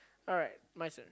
alright my turn